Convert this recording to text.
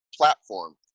platform